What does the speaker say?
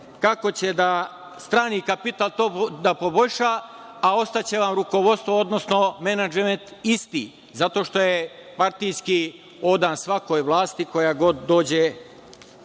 kako će strani kapital to da poboljša, a ostaće vam rukovodstvo, odnosno menadžment isti. Zato što je partijski odan svakoj vlasti, koja god dođe